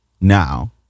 Now